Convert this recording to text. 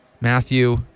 Matthew